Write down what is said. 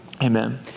Amen